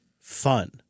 fun